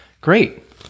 great